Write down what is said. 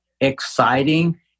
exciting